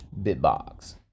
bitbox